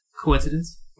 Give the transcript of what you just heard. Coincidence